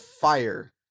fire